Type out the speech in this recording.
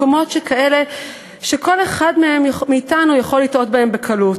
מקומות שכאלה שכל אחד מאתנו יכול לתעות בהם בקלות.